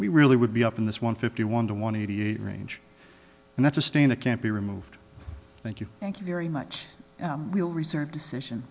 we really would be up in this one fifty one to one eighty eight range and that's a stain that can't be removed thank you thank you very much we'll reserve decision